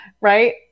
right